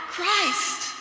Christ